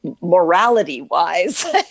morality-wise